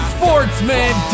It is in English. Sportsman